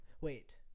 Wait